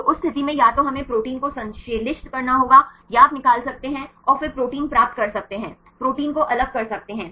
तो उस स्थिति में या तो हमें प्रोटीन को संश्लेषित करना होगा या आप निकाल सकते हैं और फिर प्रोटीन प्राप्त कर सकते हैं प्रोटीन को अलग कर सकते हैं